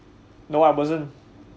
no I wasn't